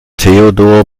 theodor